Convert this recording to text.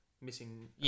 Missing